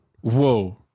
Whoa